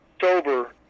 sober